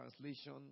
translation